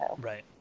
Right